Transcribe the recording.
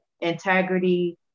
integrity